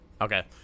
Okay